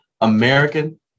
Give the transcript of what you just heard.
American